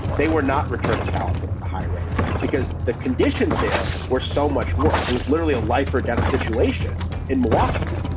they were not returning ballots at and a high rate because the conditions there were so much worse. it was literally a life or death situation in milwaukee,